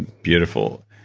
beautiful.